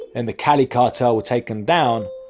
and the cali cartel were taken down,